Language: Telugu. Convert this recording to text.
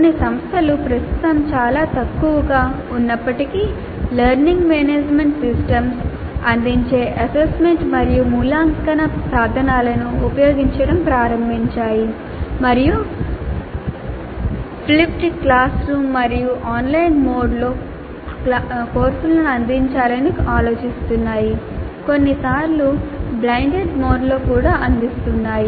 కొన్ని సంస్థలు ప్రస్తుతం చాలా తక్కువగా ఉన్నప్పటికీ లెర్నింగ్ మేనేజ్మెంట్ సిస్టమ్స్ అందించే అసెస్మెంట్ మరియు మూల్యాంకన సాధనాలను ఉపయోగించడం ప్రారంభించాయి మరియు ఫ్లిప్డ్ క్లాస్రూమ్ మరియు ఆన్లైన్ మోడ్లో కోర్సులను అందించాలని ఆలోచిస్తున్నాయి కొన్నిసార్లు బ్లెండెడ్ మోడ్లో కూడా అందిస్తున్నాయి